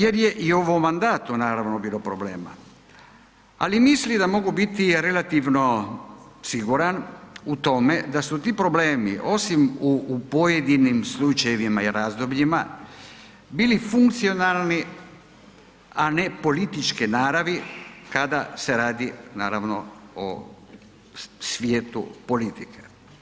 Jer je i u ovom mandatu naravno bilo problema ali mislim da mogu biti relativno siguran u tome da su ti problemi osim u pojedinim slučajevima i razdobljima bili funkcionalni a ne političke naravi kada se radi naravno o svijetu politike.